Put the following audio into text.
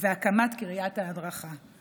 והקמת קריית ההדרכה.